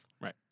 Right